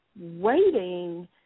waiting